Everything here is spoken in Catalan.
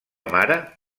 mare